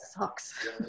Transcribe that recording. sucks